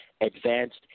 advanced